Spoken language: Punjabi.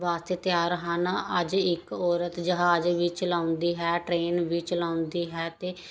ਵਾਸਤੇ ਤਿਆਰ ਹਨ ਅੱਜ ਇੱਕ ਔਰਤ ਜਹਾਜ਼ ਵੀ ਚਲਾਉਂਦੀ ਹੈ ਟਰੇਨ ਵੀ ਚਲਾਉਂਦੀ ਹੈ ਅਤੇ